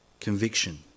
conviction